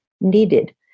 needed